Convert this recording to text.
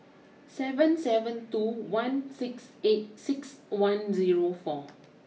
seven seven two one six eight six one zero four